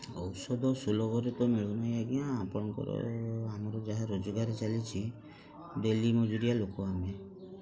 ଔଷଧ ସୁଲଭରେ ତ ମିଳୁନି ଆଜ୍ଞା ଆପଣଙ୍କର ଆମର ଯାହା ରୋଜଗାର ଚାଲିଛି ଡେଲି ମଜୁରିଆ ଲୋକ ଆମେ